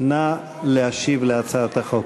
נא להשיב על הצעת החוק.